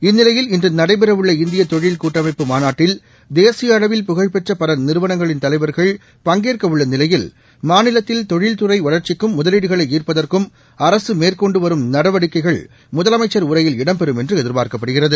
இந்நிலையில் இன்று நடைபெற உள்ள இந்திய தொழில் கூட்டமைப்பு மாநாட்டில் தேசிய அளவில் புகழ்பெற்ற பல நிறுவனங்களின் தலைவர்கள் பங்கேற்க உள்ள நிலையில் மாநிலத்தில் தொழில்துறை வளர்ச்சிக்கும் முதலீடுகளை ஈ்ப்பதற்கும் அரசு மேற்கொண்டுவரும் நடவடிக்கைகள் முதலமைச்சள் உரையில் இடம்பெறும் என்று எதிர்பார்க்கப்படுகிறது